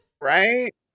Right